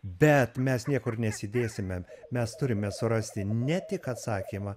bet mes niekur nesidėsime mes turime surasti ne tik atsakymą